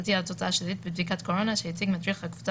קבוצתי על תוצאה שלילית בבדיקת קורונה שהציג מדריך הקבוצה